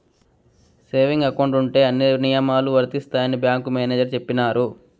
saving account ఉంటే అన్ని నియమాలు వర్తిస్తాయని బ్యాంకు మేనేజర్ చెప్పినారు